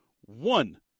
one